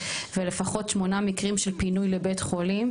ולפחות שמונה מקרים של פינוי לבית חולים.